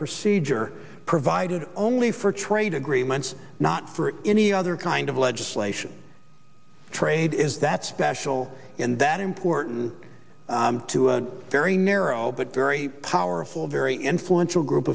procedure provided only for trade agreements not for any other kind of legislation trade is that special and that important to a very narrow but very powerful very influential group